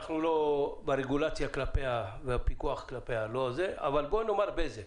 בוא נאמר בזק,